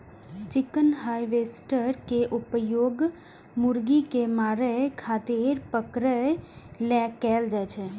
chicken harvester के उपयोग मुर्गी कें मारै खातिर पकड़ै लेल कैल जाइ छै